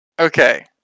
Okay